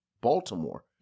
Baltimore